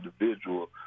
individual